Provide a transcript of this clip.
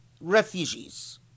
refugees